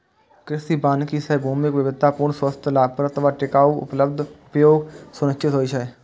कृषि वानिकी सं भूमिक विविधतापूर्ण, स्वस्थ, लाभप्रद आ टिकाउ उपयोग सुनिश्चित होइ छै